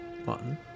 One